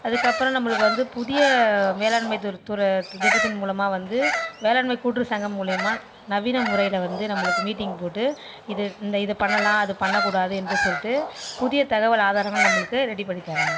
அதுக்கப்புறம் நம்மளுக்கு வந்து புதிய வேளாண்மை துறை துறை திட்டத்தின் மூலமாக வந்து வேளாண்மை கூட்ரு சங்கம் மூலிமா நவீன முறையில் வந்து நம்மளுக்கு மீட்டிங் போட்டு இது இந்த இது பண்ணலாம் அது பண்ணக்கூடாது என்று சொல்லிட்டு புதிய தகவலாதாரங்களை நம்மளுக்கு ரெடி பண்ணித்தராங்க